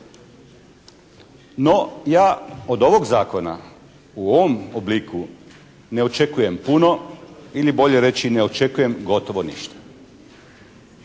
No ja od ovog zakona u ovom obliku ne očekujem puno ili bolje reći ne očekujem gotovo ništa.